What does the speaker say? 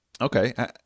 Okay